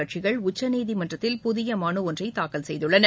கட்சிகள் உச்சநீதிமன்றத்தில் புதிய மனு ஒன்றை தாக்கல் செய்துள்ளன